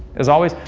as always,